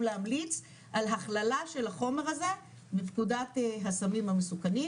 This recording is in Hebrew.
להמליץ על הכללה של החומר הזה בפקודת הסמים המסוכנים,